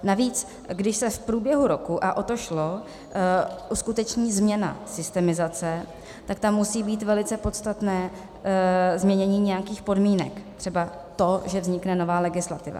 Navíc když se v průběhu roku a o to šlo uskuteční změna systemizace, tak tam musí být velice podstatné změnění nějakých podmínek, třeba to, že vznikne nová legislativa.